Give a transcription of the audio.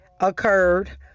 occurred